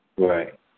Right